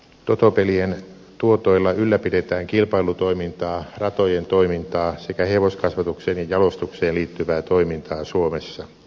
totopelien tuotoilla ylläpidetään kilpailutoimintaa ratojen toimintaa sekä hevoskasvatukseen ja jalostukseen liittyvää toimintaa suomessa